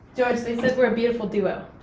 george, they think we're a beautiful duo.